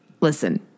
Listen